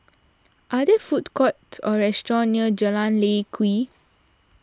are there food courts or restaurants near Jalan Lye Kwee